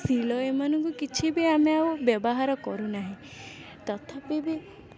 ଶିଳ ଏମାନଙ୍କୁ କିଛି ବି ଆମେ ଆଉ ବ୍ୟବହାର କରୁନାହିଁ ତଥାପି ବି